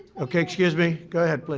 okay, excuse me. go ahead,